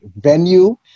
venue